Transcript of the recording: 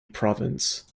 province